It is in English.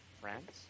friends